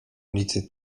ulicy